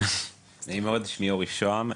שמי אורי שוהם,